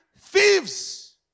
thieves